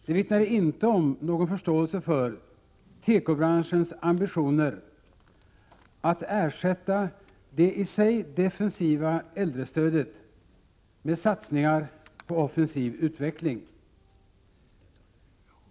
Det vittnar inte om någon förståelse för tekobranschens ambitioner att ersätta det i sig defensiva äldrestödet med satsningar på offensiv utveckling.